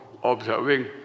observing